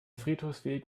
friedhofsweg